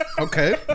Okay